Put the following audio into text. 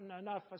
enough